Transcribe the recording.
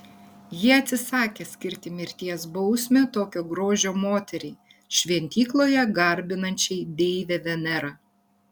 jie atsisakė skirti mirties bausmę tokio grožio moteriai šventykloje garbinančiai deivę venerą